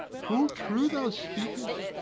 full true thou speak'st,